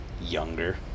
younger